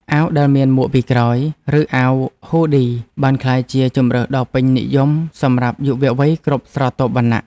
អាវដែលមានមួកពីក្រោយ ឬអាវហ៊ូឌីបានក្លាយជាជម្រើសដ៏ពេញនិយមសម្រាប់យុវវ័យគ្រប់ស្រទាប់វណ្ណៈ។